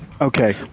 Okay